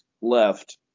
left